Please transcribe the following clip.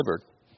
delivered